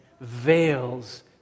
veils